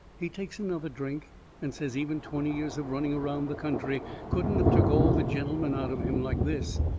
he takes another drink and says even twenty years of running around the country couldn't of took all the gentleman out of him like this,